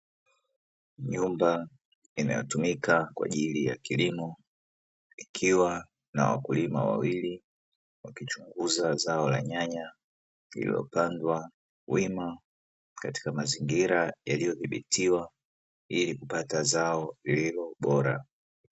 Nyumba inayotumika kwa ajili ya kilimo, ikiwa na wakulima wawili wakichunguza zao la nyanya, lililopandwa wima katika mazingira yaliyodhibitiwa ili kupata zao lililobora.